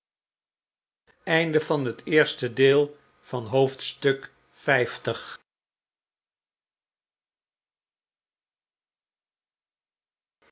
oosten van het westen van het